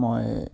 মই